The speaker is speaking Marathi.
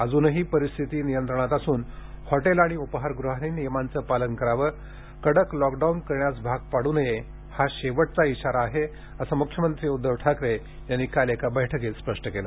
अजूनही परिस्थिती नियंत्रणात असून हॉटेल आणि उपाहारगृहांनी नियमांचे पालन करावे कडक लॉकडाऊन करण्यास भाग पडू नये हा शेवटचा इशारा आहे असे मुख्यमंत्री उद्धव ठाकरे यांनी काल एका बैठकीत स्पष्ट केले